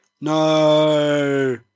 no